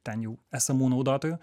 ten jau esamų naudotojų